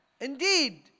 indeed